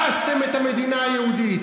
הרסתם את המדינה היהודית.